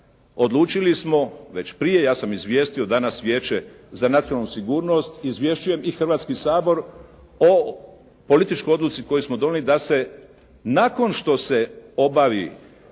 odlučili smo već prije, ja sam izvijestio danas Vijeće za nacionalnu sigurnost, izvješćujem i Hrvatski sabor o političkoj odluci koju smo donijeli da se nakon što se obavi